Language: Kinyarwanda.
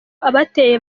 abateye